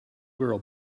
girl